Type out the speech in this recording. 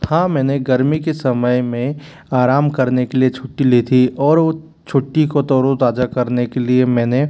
हाँ मैंने गर्मी के समय में आराम करने के लिए छुट्टी ली थी और वो छुट्टी को तरोताजा करने के लिए मैंने